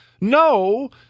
No